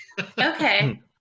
Okay